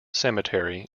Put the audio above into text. cemetery